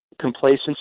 complacency